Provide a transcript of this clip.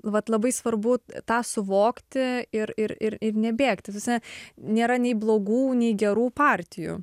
vat labai svarbu tą suvokti ir ir ir ir nebėgti ta prasme nėra nei blogų nei gerų partijų